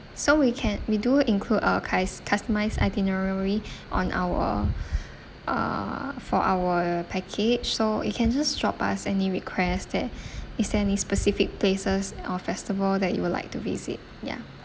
so we can we do include uh cus~ customised itinerary on our uh for our package so you can just drop us any request that is there any specific places or festival that you would like to visit ya